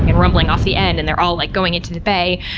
and rumbling off the end. and they're all like going into the bay.